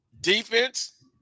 Defense